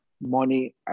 money